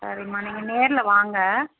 சரிம்மா நீங்கள் நேரில் வாங்க